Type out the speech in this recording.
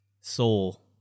soul